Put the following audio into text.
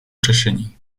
řešení